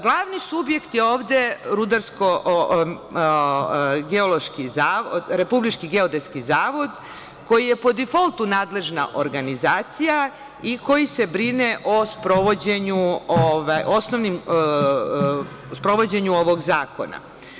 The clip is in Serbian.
Glavni subjekti ovde, Republički geodetski zavod, koji je po difoltu nadležna organizacija i koji se brine o sprovođenju ovog zakona.